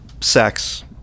sex